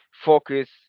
focus